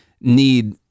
need